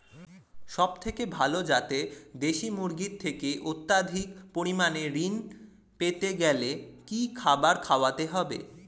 সবথেকে ভালো যাতে দেশি মুরগির থেকে অত্যাধিক পরিমাণে ঋণ পেতে গেলে কি খাবার খাওয়াতে হবে?